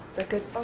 that good?